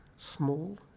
Small